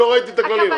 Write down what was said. לא ראיתי את הכללים.